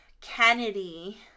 Kennedy